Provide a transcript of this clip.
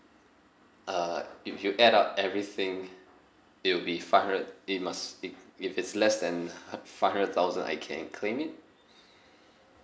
uh if you add up everything it will be five hundred it must it if it's less than hu~ five hundred thousand I can claim it